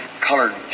colored